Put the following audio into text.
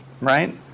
right